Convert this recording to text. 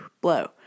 blow